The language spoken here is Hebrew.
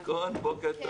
שלום ובוקר טוב